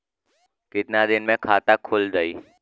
कितना दिन मे खाता खुल जाई?